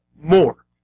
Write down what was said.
more